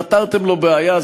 פתרתם לו בעיה,